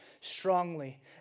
strongly